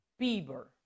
Bieber